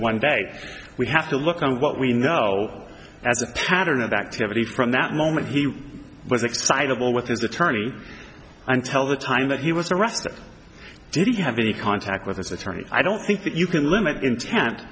one day we have to look on what we know as a pattern of activity from that moment he was excitable with his attorney until the time that he was arrested didn't have any contact with his attorney i don't think that you can limit intent